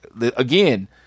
again